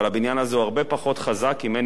אבל הבניין הזה הוא הרבה פחות חזק אם אין